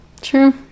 True